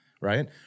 right